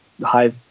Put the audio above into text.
high